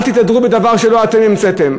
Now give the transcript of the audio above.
אל תתהדרו בדבר שלא אתם המצאתם,